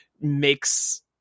makes